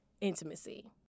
intimacy